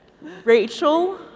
Rachel